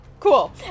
Cool